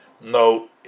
no